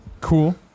Cool